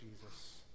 Jesus